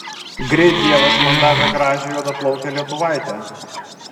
greit dievas man davė gražią juodaplaukę lietuvaitę